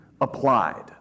applied